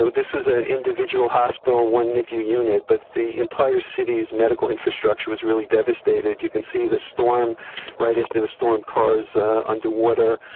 this was an individual hospital, one nicu unit but the entire city's medical infrastructure was really devastated. you can see the storm right at the the storm, cars under water,